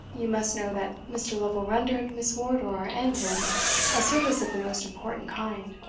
you must know that mr. lovel rendered miss wardour and him a service of the most important kind.